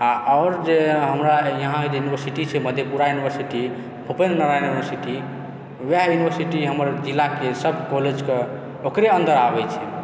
आओर आओर जे हमरा यहाँ जे यूनिवर्सिटी छै मधेपुरा यूनिवर्सिटी उपेन्द्र नारायण यूनिवर्सिटी वएह यूनिवर्सिटी हमर जिलाके सब कॉलेज ओकरे अन्दर आबै छै